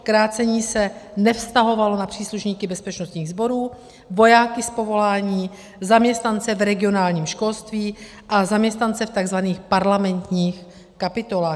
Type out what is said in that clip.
Krácení se nevztahovalo na příslušníky bezpečnostních sborů, vojáky z povolání, zaměstnance v regionálním školství a zaměstnance v tzv. parlamentních kapitolách.